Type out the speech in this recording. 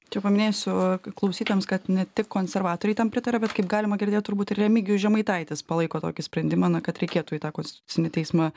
čia paminėsiu klausytojams kad ne tik konservatoriai tam pritaria bet kaip galima girdėt turbūt ir remigijus žemaitaitis palaiko tokį sprendimą na kad reikėtų į tą konstitucinį teismą